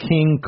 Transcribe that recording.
King